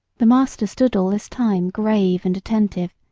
the master stood all this time grave and attentive,